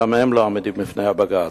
גם הן לא עמידות בפני בג"ץ.